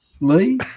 Lee